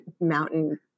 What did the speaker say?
mountain